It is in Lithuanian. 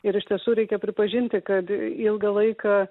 ir iš tiesų reikia pripažinti kad ilgą laiką